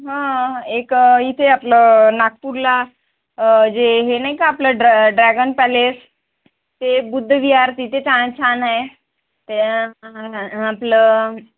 हां एक इथे आपलं नागपूरला जे हे नाही का आपलं ड्रॅ ड्रॅगन पॅलेस ते बुद्धविहार तिथे चा छान आहे त्या आपलं